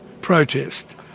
protest